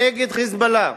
נגד "חיזבאללה",